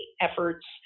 efforts